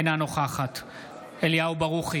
אינה נוכחת אליהו ברוכי,